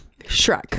shrek